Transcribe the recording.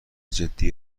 جدی